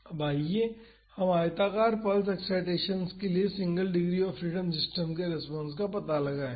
अब आइए हम आयताकार पल्स एक्साइटेसन्स के लिए single degree of freedom system के रेस्पॉन्स का पता लगाएं